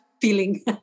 feeling